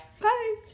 Bye